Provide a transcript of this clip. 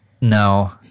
No